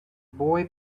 boy